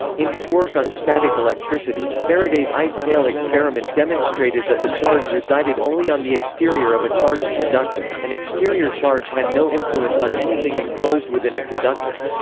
in his work on static electricity, faraday's ice pail experiment demonstrated that the charge resided only on the exterior of a charged conductor, and exterior charge had no influence on anything enclosed within a conductor.